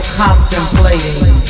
contemplating